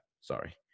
sorry